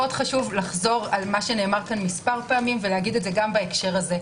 חשוב לחזור על מה שנאמר פה מספר פעמים ולומר את זה גם בהקשר הזה.